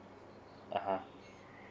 (uh huh)